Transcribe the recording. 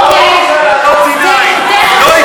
רק שלחבר הכנסת מוטי יוגב,